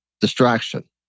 distraction